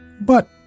But